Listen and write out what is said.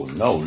no